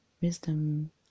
Wisdom